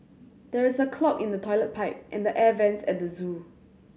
there is a clog in the toilet pipe and the air vents at the zoo